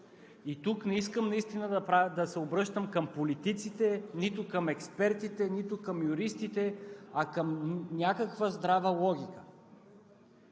И тук наистина не искам да се обръщам към политиците, нито към експертите, нито към юристите, а към някаква здрава логика.